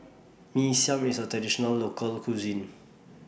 Mee Siam IS A Traditional Local Cuisine